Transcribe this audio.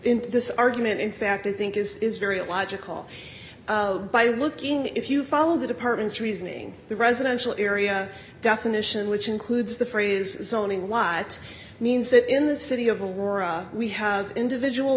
this this argument in fact i think is very illogical by looking if you follow the department's reasoning the residential area definition which includes the phrase zoning law it means that in the city of aurora we have individual